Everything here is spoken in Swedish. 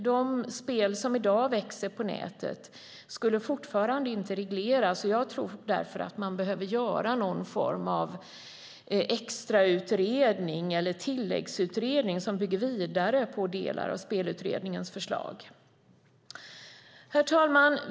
De spel som i dag växer på nätet skulle fortfarande inte regleras, och jag tror därför att det behöver göras någon form av extrautredning eller tilläggsutredning som bygger vidare på delar av Spelutredningens förslag. Herr talman!